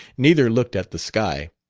neither looked at the sky.